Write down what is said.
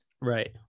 Right